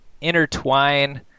intertwine